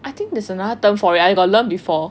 I think there is another term for it I got learn before